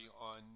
on